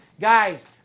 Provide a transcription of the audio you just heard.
Guys